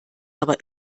aber